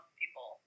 people